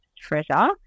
treasure